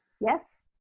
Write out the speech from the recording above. Yes